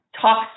talks